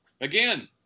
Again